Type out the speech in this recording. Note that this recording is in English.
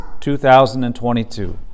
2022